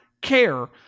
care